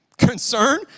concern